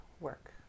work